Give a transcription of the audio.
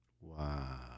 wow